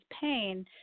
pain